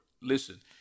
listen